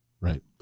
Right